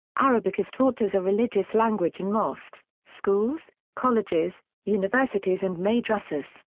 arabic is taught as a religious language in mosques, schools, colleges, universities and madrassahs.